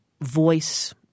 voice